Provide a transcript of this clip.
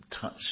touch